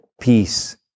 peace